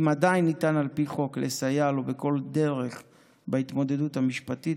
אם עדיין ניתן על פי חוק לסייע לו בכל דרך בהתמודדות המשפטית,